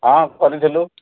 ହଁ ଖୋଲିଥିଲୁ